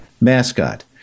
mascot